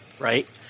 right